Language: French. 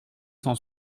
cent